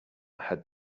had